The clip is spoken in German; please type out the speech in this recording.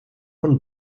von